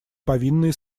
повинные